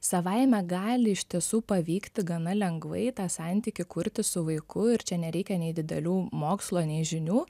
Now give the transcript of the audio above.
savaime gali iš tiesų pavykti gana lengvai tą santykį kurti su vaiku ir čia nereikia nei didelių mokslo nei žinių